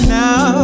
now